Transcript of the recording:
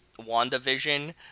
WandaVision